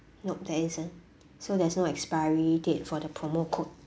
nope there isn't so there's no expiry date for the promo code